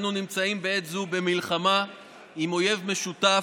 אנו נמצאים בעת זו במלחמה עם אויב משותף,